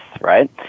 right